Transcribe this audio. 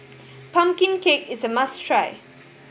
pumpkin cake is a must try